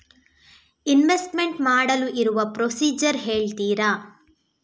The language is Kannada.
ಇನ್ವೆಸ್ಟ್ಮೆಂಟ್ ಮಾಡಲು ಇರುವ ಪ್ರೊಸೀಜರ್ ಹೇಳ್ತೀರಾ?